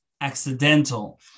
accidental